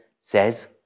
says